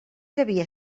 devia